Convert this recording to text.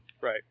Right